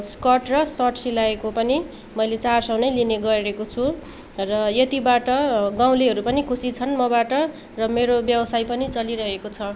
skirt र shirt सिलाएको पनि मैले चार सय नै लिने गरेको छु र यतिबाट गाउँलेहरू पनि खुसी छन् मबाट र मेरो व्यवसाय पनि चलिरहेको छ